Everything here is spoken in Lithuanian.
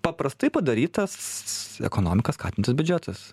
paprastai padarytas ekonomiką skatinantis biudžetas